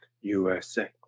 USA